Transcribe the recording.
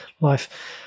life